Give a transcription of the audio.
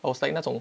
I was like 那种